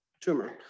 tumor